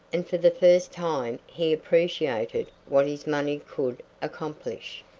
and for the first time he appreciated what his money could accomplish.